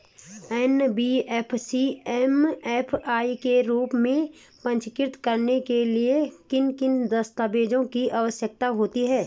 NBFC MFI के रूप में पंजीकृत कराने के लिए किन किन दस्तावेज़ों की आवश्यकता होती है?